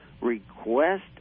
request